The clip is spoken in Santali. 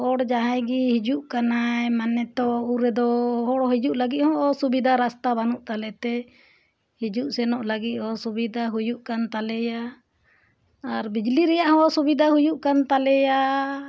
ᱦᱚᱲ ᱡᱟᱦᱟᱸᱭ ᱜᱮ ᱦᱤᱡᱩᱜ ᱠᱟᱱᱟᱭ ᱢᱟᱱᱮ ᱛᱚ ᱩᱱ ᱨᱮᱫᱚ ᱦᱚᱲ ᱦᱤᱡᱩᱜ ᱞᱟᱹᱜᱤᱫ ᱦᱚᱸ ᱚᱥᱩᱵᱤᱫᱷᱟ ᱨᱟᱥᱛᱟ ᱵᱟᱹᱱᱩᱜ ᱛᱟᱞᱮᱼᱛᱮ ᱦᱤᱡᱩᱜ ᱥᱮᱱᱚᱜ ᱞᱟᱹᱜᱤᱫ ᱚᱥᱩᱵᱤᱫᱷᱟ ᱦᱩᱭᱩᱜ ᱠᱟᱱ ᱛᱟᱞᱮᱭᱟ ᱟᱨ ᱵᱤᱡᱽᱞᱤ ᱨᱮᱭᱟᱜ ᱦᱚᱸ ᱚᱥᱩᱵᱤᱫᱷᱟ ᱦᱩᱭᱩᱜ ᱠᱟᱱ ᱛᱟᱞᱮᱭᱟ